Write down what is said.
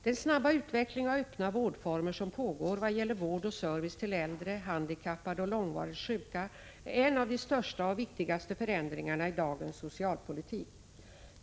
Den snabba utveckling av öppna vårdformer som pågår vad gäller vård och service till äldre, handikappade och långvarigt sjuka är en av de största och viktigaste förändringarna i dagens socialpolitik.